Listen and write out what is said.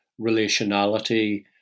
relationality